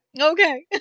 Okay